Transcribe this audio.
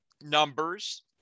numbers